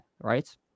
right